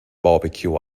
barbecue